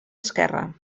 esquerre